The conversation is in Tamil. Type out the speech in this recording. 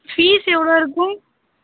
ஃபீஸ் எவ்வளோ இருக்கும்